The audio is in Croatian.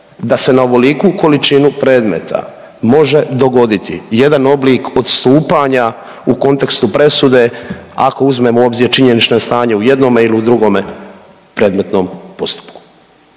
Da se na ovoliku količinu predmeta može dogoditi jedan oblik odstupanja u kontekstu presude, ako uzmemo u obzir činjenično stanje u jednome ili u druge predmetnom postupku.